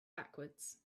backwards